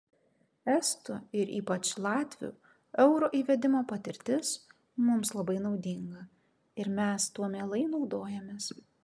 estų ir ypač latvių euro įvedimo patirtis mums labai naudinga ir mes tuo mielai naudojamės